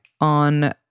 on